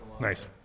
Nice